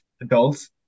adults